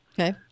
Okay